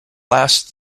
last